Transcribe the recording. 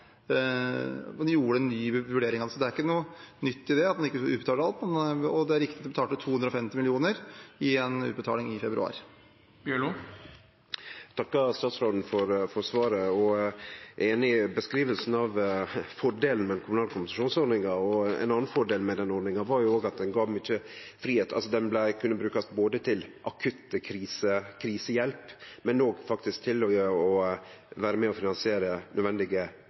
Man gjorde en ny vurdering. Så det er ikke noe nytt at en ikke utbetaler alt. Det er også riktig at en utbetalte 250 mill. kr i en utbetaling i februar. Eg takkar statsråden for svaret. Eg er einig i framstillinga av fordelen med den kommunale kompensasjonsordninga. Ein annen fordel med den ordninga var at den gav mykje fridom. Den kunne brukast til både akutt krisehjelp og finansiering av nødvendige omstillings- og utviklingstiltak for små bedrifter rundt omkring i kommunane, med